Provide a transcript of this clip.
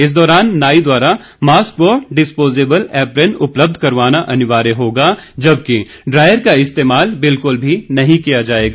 इस दौरान नाई द्वारा मास्क व डिस्पोजेबल एप्रैन उपलब्ध करवाना अनिवार्य होगा जबकि ड्रायर का इस्तेमाल बिल्कुल भी नही किया जायेगा